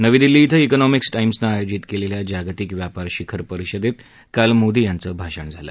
नवी दिल्ली इथं इकोनॉमिक्स टाईम्सनं आयोजित केलेल्या जागतिक व्यापार शिखर परिषदेत काल मोदी यांचं भाषण झालं